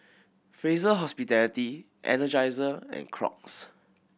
Fraser Hospitality Energizer and Crocs